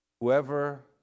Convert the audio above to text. Whoever